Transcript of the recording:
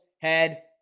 head